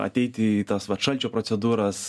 ateiti į tas vat šalčio procedūras